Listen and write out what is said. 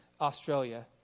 Australia